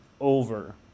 over